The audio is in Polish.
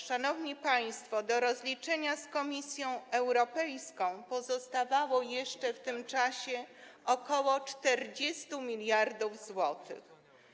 Szanowni państwo, do rozliczenia z Komisją Europejską pozostawało jeszcze w tym czasie ok. 40 mld zł.